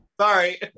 Sorry